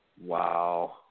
Wow